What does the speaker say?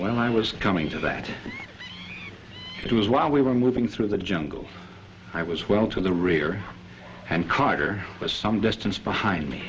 when i was coming to that it was while we were moving through the jungle i was well to the rear and carter was some distance behind me